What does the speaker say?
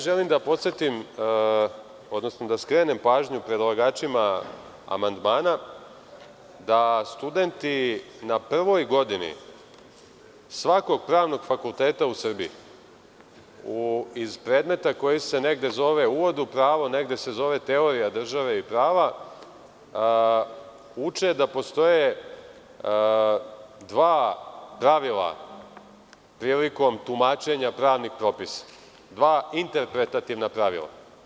Želim da skrenem pažnju predlagačima amandmana da studenti na prvog godini svakog pravnog fakulteta u Srbiji iz predmete koji se negde zove Uvod u pravo, negde Teorija države i prava uče da postoje dva pravila prilikom tumačenja pravnih propisa, dva interpretativna pravila.